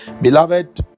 Beloved